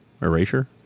Erasure